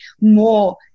more